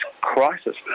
crisis